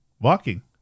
Walking